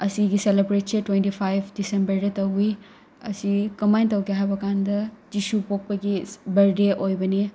ꯑꯁꯤꯒꯤ ꯁꯦꯂꯤꯕ꯭ꯔꯦꯠꯁꯦ twenty five ꯗꯤꯁꯦꯝꯕꯔꯗ ꯇꯧꯏ ꯑꯁꯤ ꯀꯃꯥꯏꯅ ꯇꯧꯒꯦ ꯍꯥꯏꯕꯀꯥꯟꯗ ꯖꯤꯁꯨ ꯄꯣꯛꯄꯒꯤ ꯕꯔꯊꯗꯦ ꯑꯣꯏꯕꯅꯤ